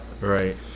Right